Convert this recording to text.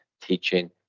teaching